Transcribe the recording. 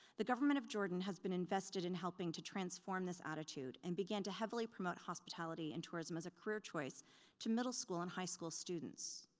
the government of jordan has been invested in helping to transform this attitude and began to heavily promote hospitality and tourism as a career choice to middle school and high school students.